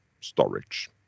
storage